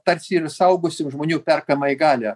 tarsi ir suaugusių žmonių perkamai galia